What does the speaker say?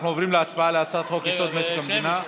אנחנו עוברים להצבעה על הצעת חוק-יסוד: משק המדינה,